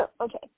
Okay